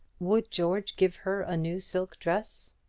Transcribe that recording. would george give her a new silk dress?